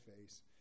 face